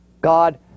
God